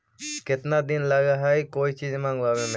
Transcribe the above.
केतना दिन लगहइ कोई चीज मँगवावे में?